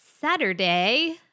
Saturday